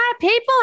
people